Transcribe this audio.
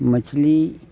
मछली